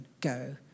go